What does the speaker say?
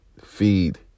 feed